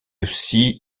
aussi